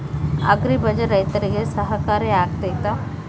Agri bazaar ರೈತರಿಗೆ ಸಹಕಾರಿ ಆಗ್ತೈತಾ?